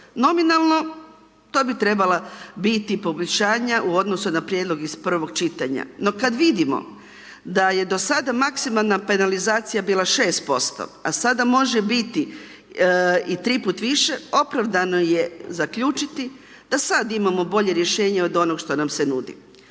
Nominalno to bi trebala biti poboljšanja u odnosu na prijedlog iz prvog čitanja. No kada vidimo da je do sada maksimalna penalizacija bila 6% a sada može biti i 3 puta više, opravdano je zaključiti, da sada imamo bolje rješenje od onoga što nam se nudi.